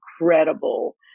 incredible